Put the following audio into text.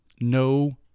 no